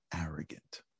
arrogant